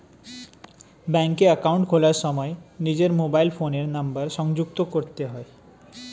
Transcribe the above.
ব্যাঙ্কে অ্যাকাউন্ট খোলার সময় নিজের মোবাইল ফোনের নাম্বার সংযুক্ত করতে হয়